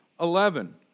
Eleven